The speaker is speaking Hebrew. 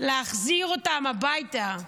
להחזיר אותם הביתה.